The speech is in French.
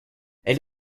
elle